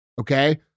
Okay